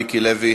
מיקי לוי,